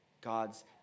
God's